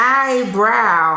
eyebrow